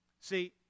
See